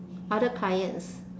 other clients